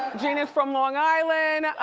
gina's from long island.